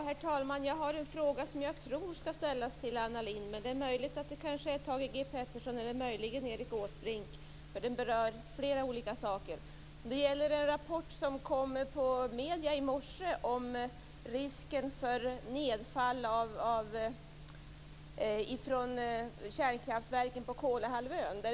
Herr talman! Jag har en fråga som jag tror skall ställas till Anna Lindh, men det är också möjligt att det är Thage G Peterson eller Erik Åsbrink som skall ha frågan. Den berör flera olika saker. Det gäller en rapport som kom i medierna i morse om risken för nedfall från kärnkraftverken på Kolahalvön.